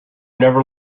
never